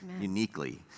uniquely